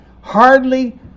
hardly